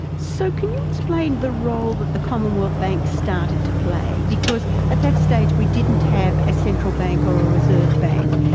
so can you explain the role that the commonwealth bank started to play, because at that stage we didn't have a central bank or a reserve bank,